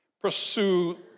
Pursue